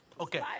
Okay